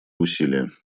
усилия